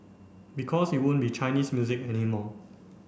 because it won't be Chinese music anymore